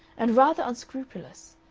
and rather unscrupulous.